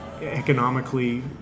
Economically